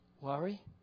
worry